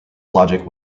logic